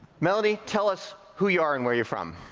melanie, tell us who you are and where you're from.